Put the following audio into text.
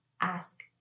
ask